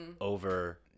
over